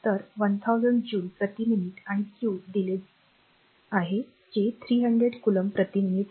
तर 1000 जूल प्रति मिनिट आणि क्यू दिले दिले आहे जे 300 कोलॉम्ब प्रति मिनिट